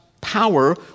power